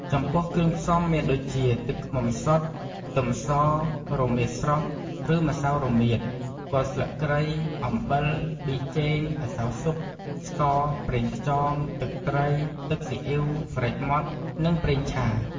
ចំពោះគ្រឿងផ្សំមានដូចជាទឹកឃ្មុំសុទ្ធ ខ្ទឹមស រមៀតស្រស់ឬម្សៅរមៀត គល់ស្លឹកគ្រៃ អំបិល ប៊ីចេង ម្សៅស៊ុប ស្ករប្រេងខ្យងទឹកត្រី ទឹកស៊ីអ៉ីវ ម្រេចម៉ដ្ឋ និងប្រេងឆា។